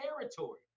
territory